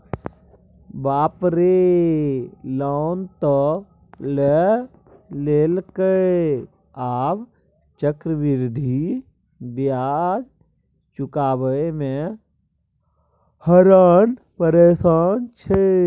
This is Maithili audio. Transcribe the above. बाप रे लोन त लए लेलकै आब चक्रवृद्धि ब्याज चुकाबय मे हरान परेशान छै